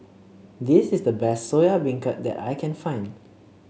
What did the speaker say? this is the best Soya Beancurd that I can find